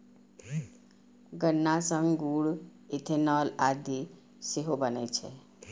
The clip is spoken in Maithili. गन्ना सं गुड़, इथेनॉल आदि सेहो बनै छै